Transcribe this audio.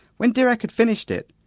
when dirac had finished it,